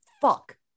Fuck